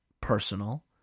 personal